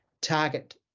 target